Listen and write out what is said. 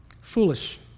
Foolish